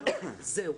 זהו,